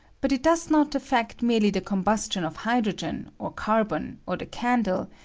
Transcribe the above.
but it does not affect merely the combustion of hydrogen, or carbon, or the candle,